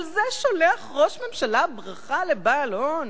על זה שולח ראש הממשלה ברכה לבעל הון?